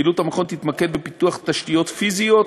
פעילות המכון תתמקד בפיתוח תשתיות פיזיות,